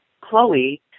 Chloe